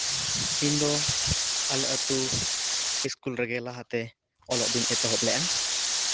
ᱤᱧᱫᱚ ᱟᱞᱮ ᱟᱹᱛᱩ ᱥᱠᱩᱞ ᱨᱮᱜᱮ ᱞᱟᱦᱟᱛᱮ ᱚᱞᱚᱜ ᱫᱚᱧ ᱮᱛᱚᱦᱚᱵ ᱞᱮᱫᱼᱟ